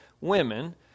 women